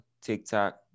TikTok